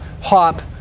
hop